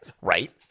Right